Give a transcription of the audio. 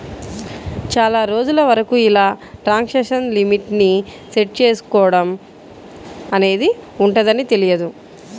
చాలా రోజుల వరకు ఇలా ట్రాన్సాక్షన్ లిమిట్ ని సెట్ చేసుకోడం అనేది ఉంటదని తెలియదు